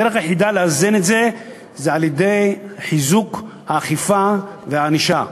הדרך היחידה לאזן את זה היא על-ידי חיזוק האכיפה והענישה.